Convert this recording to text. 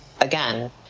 Again